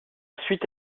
suite